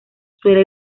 suele